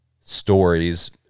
stories